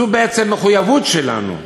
זו בעצם מחויבות שלנו.